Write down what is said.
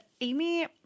Amy